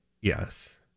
Yes